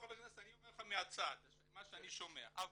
אני אומר לך מה שאני שומע מהצד.